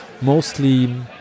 mostly